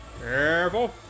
Careful